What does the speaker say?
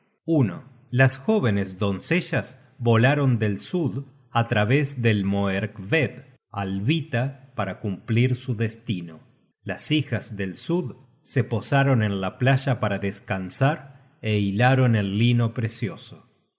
poema las jóvenes doncellas volaron del sud á través de moerkved alhvita para cumplir su destino las hijas del sud se posaron en la playa para descansar é hilaron el lino precioso